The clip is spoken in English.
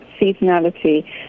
seasonality